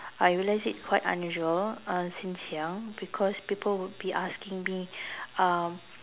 I realized it's quite unusual uh since young because people would be asking me um